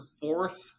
fourth